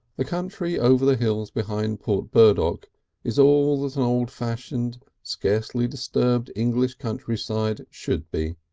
the country over the hills behind port burdock is all that an old-fashioned, scarcely disturbed english country-side should be.